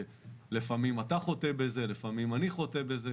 לפעמים אתה חוטא בזה, לפעמים אני חוטא בזה.